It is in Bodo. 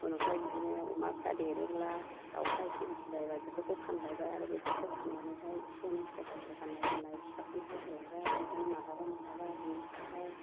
उनावहाय बिदिनो अमाफ्रा देरोब्ला दाउफ्रा एसे गिदिर जायोबा बेफोरखौ फानलायबाय आरो बेफोरखौ फान्नानैहाय एसे एनै सहायखौ गान्नाय जोमनाय फिसाफोरनो हाय होलायबाय बिदिनो मालाबा मालाबा बिनिफ्रायहाय